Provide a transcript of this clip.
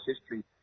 history